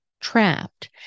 trapped